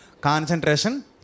concentration